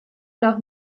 nach